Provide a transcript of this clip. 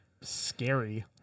scary